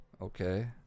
okay